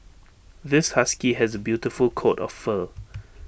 this husky has A beautiful coat of fur